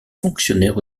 fonctionnaire